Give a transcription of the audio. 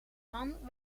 man